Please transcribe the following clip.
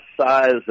size